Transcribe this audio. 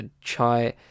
Chai